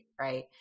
right